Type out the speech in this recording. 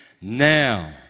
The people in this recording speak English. now